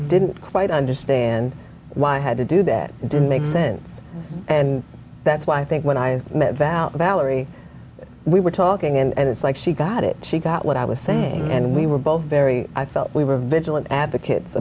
didn't quite understand why i had to do that didn't make sense and that's why i think when i met about valerie we were talking and it's like she got it she got what i was saying and we were both very i felt we were vigilant a